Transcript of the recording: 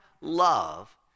love